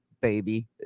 Baby